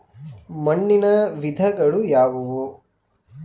ಮಣ್ಣಿನ ವಿಧಗಳು ಯಾವುವು?